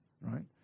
right